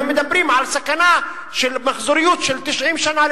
הם מדברים על סכנה של מחזוריות של 90 שנה,